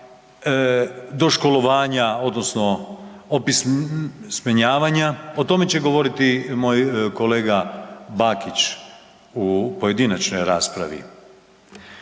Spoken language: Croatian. doškolovanja odnosno opismenjavanja, o tome će govoriti moj kolega Bakić u pojedinačnoj raspravi.